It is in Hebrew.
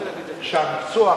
זה שהמקצוע,